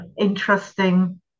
Interesting